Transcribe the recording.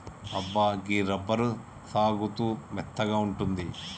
అబ్బా గీ రబ్బరు సాగుతూ మెత్తగా ఉంటుంది